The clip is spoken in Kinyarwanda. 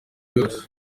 yose